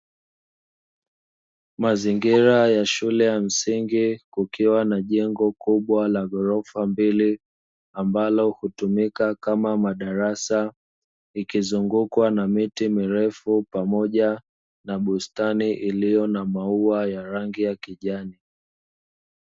Mazingira ya shule ya msingi kukiwa na jengo kubwa la ghorofa mbili ambalo hutumika kama madarasa, ikizungukwa na miti mirefu pamoja na bustani iliyo na maua ya rangi ya kijani.